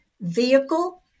vehicle